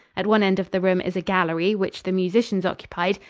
at one end of the room is a gallery which the musicians occupied,